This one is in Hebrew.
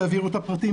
תעבירו את הפרטים,